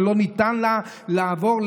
ולא ניתן לה לעבור,